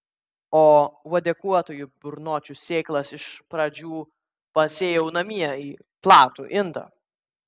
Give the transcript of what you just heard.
o uodeguotųjų burnočių sėklas iš pradžių pasėjau namie į platų indą